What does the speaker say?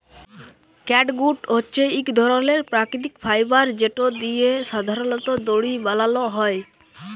catgut হছে ইক ধরলের পাকিতিক ফাইবার যেট দিঁয়ে সাধারলত দড়ি বালাল হ্যয়